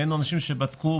הבאנו אנשים שבדקו,